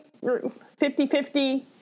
50-50